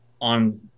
on